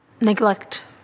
neglect